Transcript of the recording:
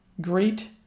great